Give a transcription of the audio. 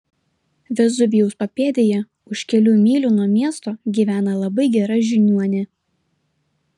vezuvijaus papėdėje už kelių mylių nuo miesto gyvena labai gera žiniuonė